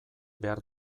behar